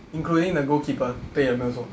including the goalkeeper 对没有错